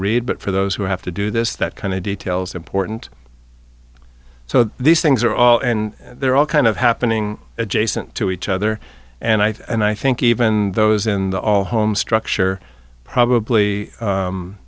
read but for those who have to do this that kind of details are important so these things are all and they're all kind of happening adjacent to each other and i think even those in the home structure probably